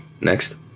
next